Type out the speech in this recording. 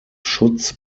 schutz